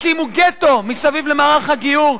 הקימו גטו מסביב למערך הגיור,